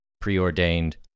preordained